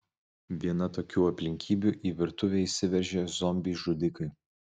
viena tokių aplinkybių į virtuvę įsiveržę zombiai žudikai